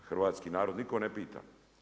Hrvatski narod nitko ne pita.